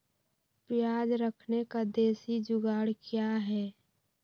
प्याज रखने का देसी जुगाड़ क्या है?